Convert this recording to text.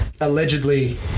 allegedly